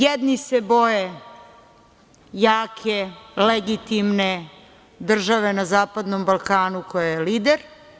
Jedni se boje jake, legitimne države na zapadnom Balkanu koja je lider.